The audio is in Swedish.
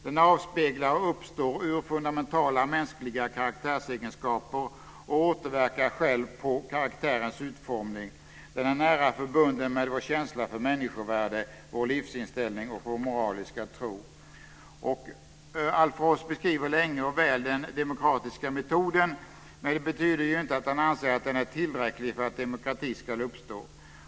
Den avspeglar och uppstår ur fundamentala mänskliga karaktärsegenskaper och återverkar själv på karaktärens utformning. Den är nära förbunden med vår känsla för människovärde, vår livsinställning och vår moraliska tro." Alf Ross beskriver länge och väl den demokratiska metoden, men det betyder ju inte att han anser att den är tillräcklig för att demokrati ska uppstå.